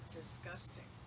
disgusting